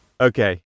Okay